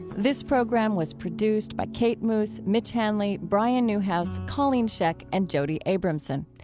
this program was produced by kate moos, mitch hanley, brian newhouse, colleen scheck and jody abramson.